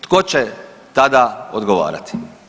Tko će tada odgovarati?